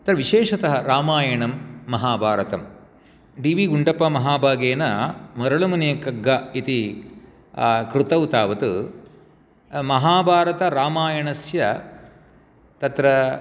तर् विशेषतः रामायणं महाभारतं डी वी गुण्डप्पमहाभागेन मरलुमुनियकग्ग इति कृतौ तावत् महाभारतरामायणस्य तत्र